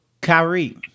Kyrie